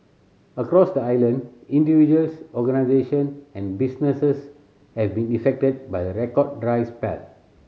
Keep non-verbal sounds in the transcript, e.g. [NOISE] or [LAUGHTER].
across the island individuals organisation and businesses have been [UNINTELLIGIBLE] by the record dry spell